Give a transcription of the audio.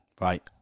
right